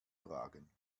fragen